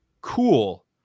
cool